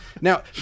Now